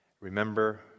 Remember